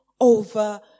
over